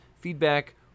feedback